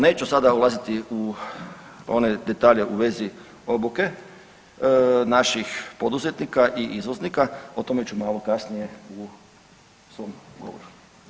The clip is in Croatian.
Neću sada ulaziti u one detalje u vezi obuke naših poduzetnika i izvoznika, o tome ću malo kasnije u svom govoru.